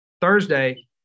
Thursday